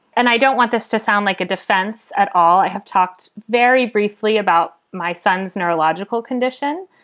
and i don't want this to sound like a defense at all. i have talked very briefly about my son's neurological condition.